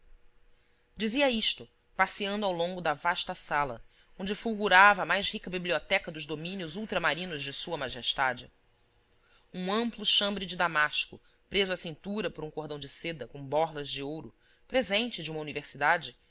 dizia isto passeando ao longo da vasta sala onde fulgurava a mais rica biblioteca dos domínios ultramarinos de sua majestade um amplo chambre de damasco preso à cintura por um cordão de seda com borlas de ouro